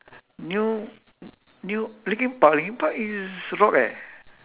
new new linkin park linkin park is rock eh